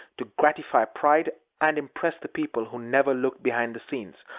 to gratify pride and impress the people, who never looked behind the scenes,